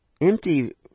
empty